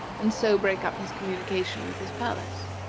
and so break up his communication with his palace.